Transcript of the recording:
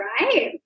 right